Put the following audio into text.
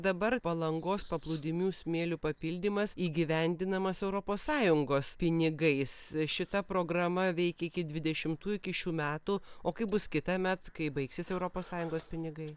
dabar palangos paplūdimių smėliu papildymas įgyvendinamas europos sąjungos pinigais šita programa veikia iki dvidešimtųjų iki šių metų o kaip bus kitąmet kai baigsis europos sąjungos pinigai